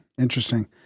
Interesting